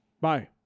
Bye